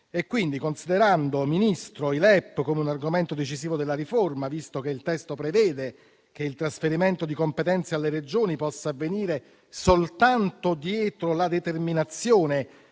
Quindi considerando i LEP come un argomento decisivo della riforma, visto che il testo prevede che il trasferimento di competenze alle Regioni possa avvenire soltanto dietro la determinazione